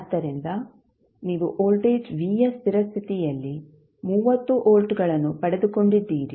ಆದ್ದರಿಂದ ನೀವು voltage v ಯ ಸ್ಥಿರ ಸ್ಥಿತಿಯಲ್ಲಿ 30 ವೋಲ್ಟ್ಗಳನ್ನು ಪಡೆದುಕೊಂಡಿದ್ದೀರಿ